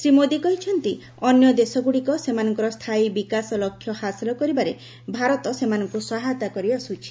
ଶ୍ରୀ ମୋଦୀ କହିଛନ୍ତି ଅନ୍ୟ ଦେଶଗୁଡ଼ିକ ସେମାନଙ୍କର ସ୍ଥାୟୀ ବିକାଶ ଲକ୍ଷ୍ୟ ହାସଲ କରିବାରେ ଭାରତ ସେମାନଙ୍କୁ ସହାୟତା କରିଆସୁଛି